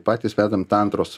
patys vedam tantros